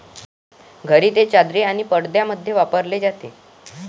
घरी ते चादरी आणि पडद्यांमध्ये वापरले जाते